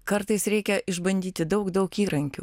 kartais reikia išbandyti daug daug įrankių